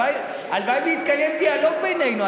הלוואי שיתקיים דיאלוג בינינו,